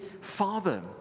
Father